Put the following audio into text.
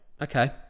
okay